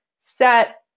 set